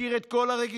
מכיר את כל הרגישויות,